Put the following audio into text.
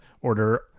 order